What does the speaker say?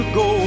go